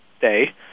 day